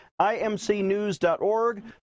imcnews.org